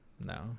No